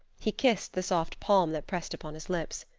he kissed the soft palm that pressed upon his lips.